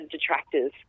detractors